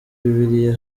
bibiliya